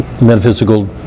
metaphysical